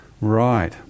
Right